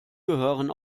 gehören